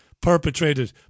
perpetrated